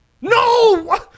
No